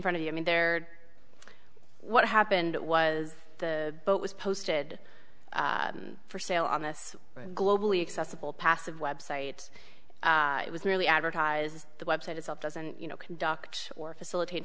front of you i mean there what happened was the boat was posted for sale on this globally accessible passive web site it was merely advertised as the website itself doesn't you know conduct or facilitate